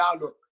look